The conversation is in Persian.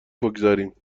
بگذاریم